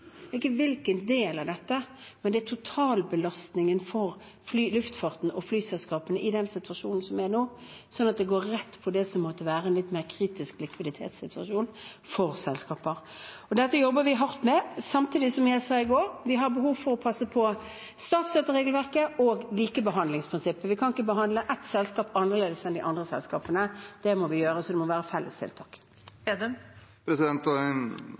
hvilken del av dette, men det er totalbelastningen for luftfarten og flyselskapene i den situasjonen som er nå, slik at det går rett på det som måtte være en litt mer kritisk likviditetssituasjon for selskaper. Dette jobber vi hardt med, samtidig som – som jeg sa i går – vi har behov for å passe på statsstøtteregelverket og likebehandlingsprinsippet. Vi kan ikke behandle ett selskap annerledes enn de andre selskapene. Det må være fellestiltak. Det siste statsministeren sier, er at regelverket må